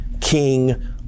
king